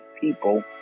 people